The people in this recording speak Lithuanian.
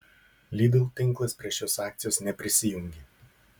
lidl tinklas prie šios akcijos neprisijungė